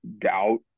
doubt